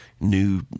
new